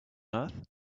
earth